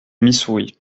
missouri